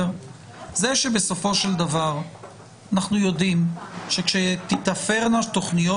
זה שבסופו של דבר אנחנו יודעים שכאשר תיתפרנה תוכניות